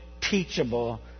teachable